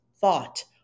thought